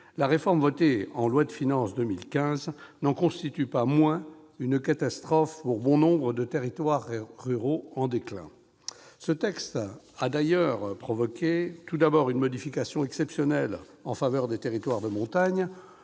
le cadre de la loi de finances pour 2015 n'en constitue pas moins une catastrophe pour bon nombre de territoires ruraux en déclin. Ce texte a provoqué tout d'abord une modification exceptionnelle en faveur des territoires de montagne,